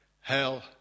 hell